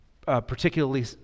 particularly